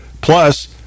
Plus